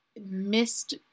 missed